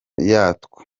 yatwo